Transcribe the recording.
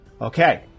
Okay